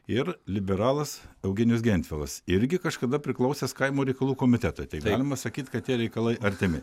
ir liberalas eugenijus gentvilas irgi kažkada priklausęs kaimo reikalų komitetui tai galima sakyt kad tie reikalai artimi